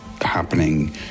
happening